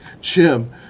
Jim